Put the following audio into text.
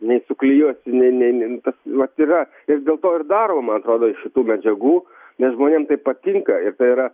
nei suklijuosi nei nei tas vat yra ir dėl to ir daro man atrodo iš tų medžiagų nes žmonėm tai patinka ir tai yra